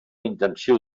intensiu